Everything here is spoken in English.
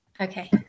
Okay